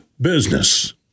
business